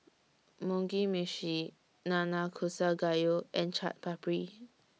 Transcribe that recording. Mugi Meshi Nanakusa Gayu and Chaat Papri